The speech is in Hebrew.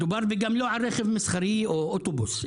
וגם לא מדובר ברכב מסחרי או אוטובוס,